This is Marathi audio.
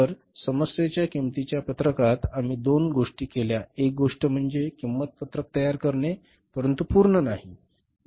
तर या समस्येच्या किंमतीच्या पत्रकात आम्ही दोन गोष्टी केल्या एक गोष्ट म्हणजे किंमत पत्रक तयार करणे परंतु पूर्ण नाही